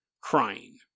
crying